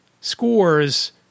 scores